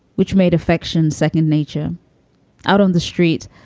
which made affections second nature out on the street.